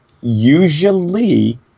usually